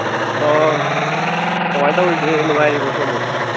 ꯑꯣ ꯀꯃꯥꯏ ꯇꯧꯔꯤꯒꯦ ꯅꯨꯡꯉꯥꯏꯔꯤꯕꯣ ꯁꯣꯝꯕꯨ